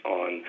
on